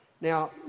Now